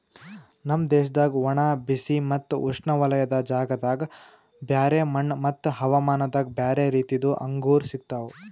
ನಮ್ ದೇಶದಾಗ್ ಒಣ, ಬಿಸಿ ಮತ್ತ ಉಷ್ಣವಲಯದ ಜಾಗದಾಗ್ ಬ್ಯಾರೆ ಮಣ್ಣ ಮತ್ತ ಹವಾಮಾನದಾಗ್ ಬ್ಯಾರೆ ರೀತಿದು ಅಂಗೂರ್ ಸಿಗ್ತವ್